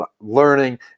learning